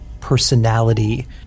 personality